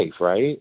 right